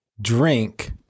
drink